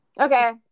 Okay